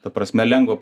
ta prasme lengva